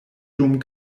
dum